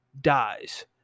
dies